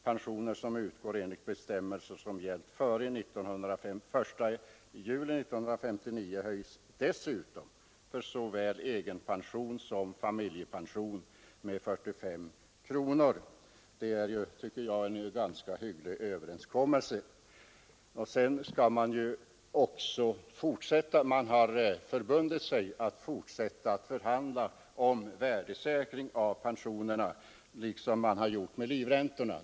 Pensioner som utgår enligt bestämmelser som gällt före den 1 juli 1959 höjs dessutom — för såväl egenpension som familjepension — med 45 kronor. Jag tycker det är en ganska hygglig uppgörelse. Man har vidare förbundit sig att fortsätta förhandla om värdesäkring av pensionerna liksom i fråga om livräntorna.